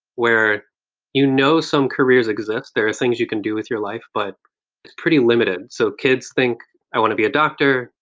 where you know some careers exist. there are things you can do with your life, but it's pretty limited so kids think, i want to be a doctor.